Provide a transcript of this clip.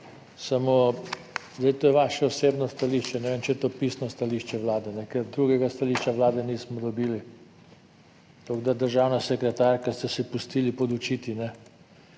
samo, zdaj, to je vaše osebno stališče, ne vem, če je to pisno stališče Vlade, ker drugega stališča Vlade nismo dobili. Tako da, državna sekretarka, ste se pustili podučiti,